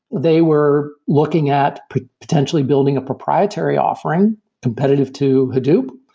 they were looking at potentially building a proprietary offering competitive to hadoop.